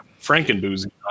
Frankenboozy